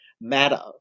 matter